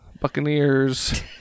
Buccaneers